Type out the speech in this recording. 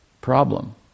Problem